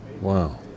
Wow